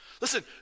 Listen